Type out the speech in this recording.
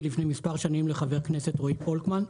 לפני מספר שנים לחבר כנסת רועי פולקמן.